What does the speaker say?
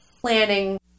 planning